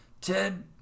Ted